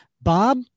Bob